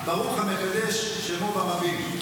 ברוך המקדש שמו ברבים".